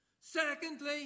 Secondly